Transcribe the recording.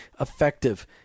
effective